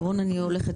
רון, אני הולכת.